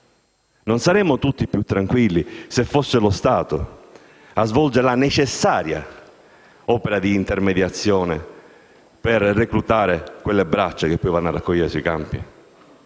Non saremmo tutti più tranquilli se fosse lo Stato a svolgere la necessaria opera di intermediazione per reclutare quelle braccia che vanno a raccogliere sui campi?